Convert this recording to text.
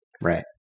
right